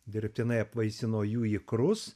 dirbtinai apvaisino jų ikrus